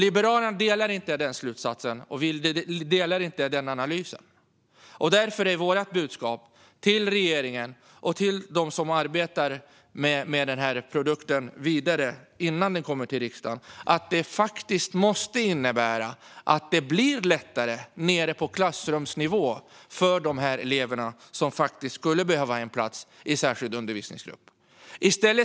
Liberalerna delar inte den slutsatsen och den analysen. Därför är vårt budskap till regeringen och till dem som arbetar med den här produkten vidare innan den kommer till riksdagen att det måste innebära att det blir lättare nere på klassrumsnivå för dessa elever som skulle behöva en plats i särskild undervisningsgrupp. Fru talman!